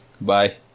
Bye